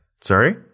sorry